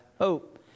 hope